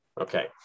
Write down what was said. Okay